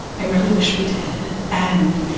i really wish we did. and,